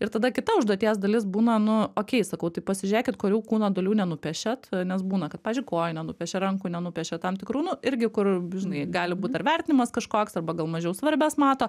ir tada kita užduoties dalis būna nu okei sakau tai pasižiūrėkit kurių kūno dalių nenupiešėt nes būna kad pavyzdžiui kojų nenupiešia rankų nenupiešia tam tikrų nu irgi kur žinai gali būt ar vertinimas kažkoks arba gal mažiau svarbias mato